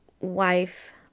wife